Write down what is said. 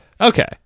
Okay